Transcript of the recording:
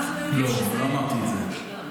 אנחנו יודעים שזה --- לא, לא אמרתי את זה.